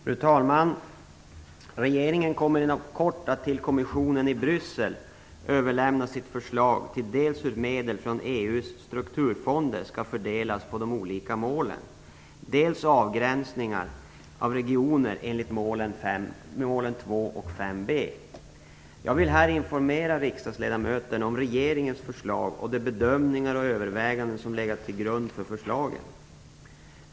Fru talman! Regeringen kommer inom kort att till kommissionen i Bryssel överlämna sitt förslag till dels hur medel från EU:s strukturfonder skall fördelas på de olika målen, dels avgränsningar av regioner enligt målen 2 och 5b. Jag vill här informera riksdagsledamöterna om regeringens förslag och de bedömningar och överväganden som legat till grund för förslagen.